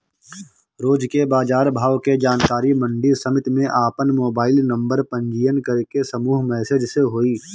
रोज के बाजार भाव के जानकारी मंडी समिति में आपन मोबाइल नंबर पंजीयन करके समूह मैसेज से होई?